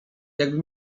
jakby